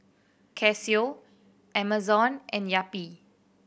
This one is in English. Casio Amazon and Yapi